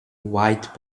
white